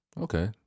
okay